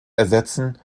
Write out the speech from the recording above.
ersetzen